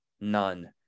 None